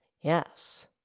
Yes